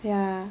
ya